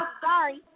Sorry